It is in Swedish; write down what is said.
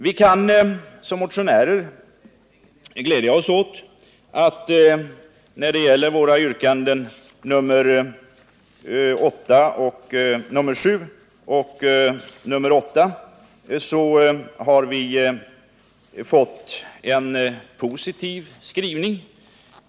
Vi kan som motionärer glädja oss åt att vi när det gäller våra yrkanden 7 och 8 har fått en positiv skrivning.